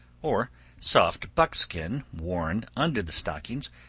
or soft buckskin worn under the stockings,